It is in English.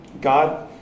God